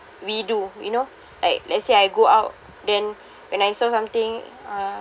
we do you know like let's say I go out then when I saw something uh